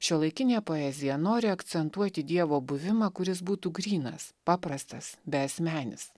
šiuolaikinė poezija nori akcentuoti dievo buvimą kuris būtų grynas paprastas beasmenis